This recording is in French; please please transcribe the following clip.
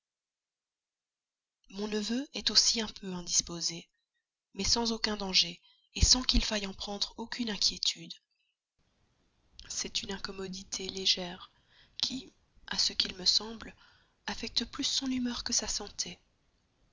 mon neveu est aussi un peu indisposé mais sans aucun danger sans qu'il faille en prendre aucune inquiétude c'est une incommodité légère qui à ce qu'il me semble affecte plus son humeur que sa santé